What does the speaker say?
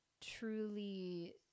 truly